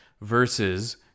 versus